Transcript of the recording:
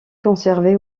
conservée